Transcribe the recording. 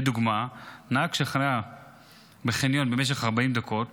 לדוגמה, נהג שחנה בחניון במשך 40 דקות